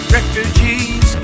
Refugees